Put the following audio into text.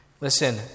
Listen